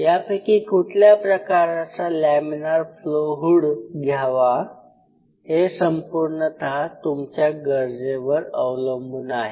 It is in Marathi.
यापैकी कुठल्या प्रकाराचा लॅमीनार फ्लो हुड घ्यावा हे संपूर्णतः तुमच्या गरजेवर अवलंबून आहे